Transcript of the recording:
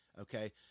okay